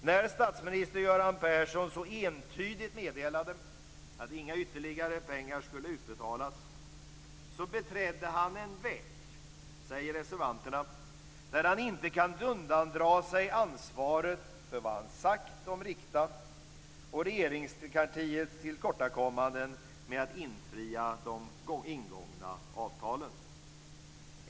När statsminister Göran Persson så entydigt meddelade att inga ytterligare pengar skulle utbetalas beträdde han en vägg, säger reservanterna, där han inte kan undandra sig ansvaret för vad han har sagt om Rikta och Regeringskansliets tillkortakommanden med att infria de ingångna avtalen.